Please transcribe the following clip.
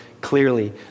Clearly